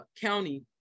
county